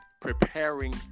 preparing